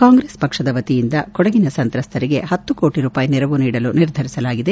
ಕಾಂಗ್ರೆಸ್ ಪಕ್ಷದ ವತಿಯಿಂದ ಕೊಡಗಿನ ಸಂತ್ರಸ್ತರಿಗೆ ಹತ್ತು ಕೋಟ ರೂಪಾಯಿ ನೆರವು ನೀಡಲು ನಿರ್ಧಾರ ಮಾಡಲಾಗಿದೆ